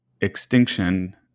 extinction